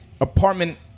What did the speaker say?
Apartment